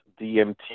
DMT